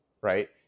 right